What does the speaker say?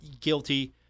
guilty